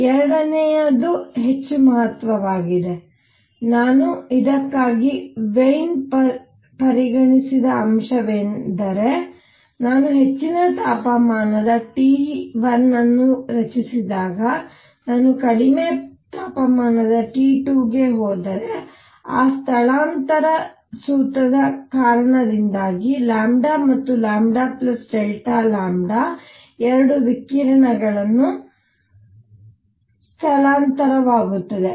ಎರಡನೆಯದು ಹೆಚ್ಚು ಮಹತ್ವದ್ದಾಗಿದೆ ಮತ್ತು ಇದಕ್ಕಾಗಿ ವೈನ್ ಪರಿಗಣಿಸಿದ ಅಂಶವೆಂದರೆ ನಾನು ಹೆಚ್ಚಿನ ತಾಪಮಾನದ t1 ಅನ್ನು ರಚಿಸಿದಾಗ ನಾನು ಕಡಿಮೆ ತಾಪಮಾನದ t2 ಗೆ ಹೋದರೆ ಆ ಸ್ಥಳಾಂತರ ಸೂತ್ರದ ಕಾರಣದಿಂದಾಗಿ ಮತ್ತು 2 ವಿಕಿರಣವನ್ನು ಸ್ಥಳಾಂತರವಾಗುತ್ತದೆ